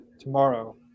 tomorrow